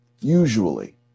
Usually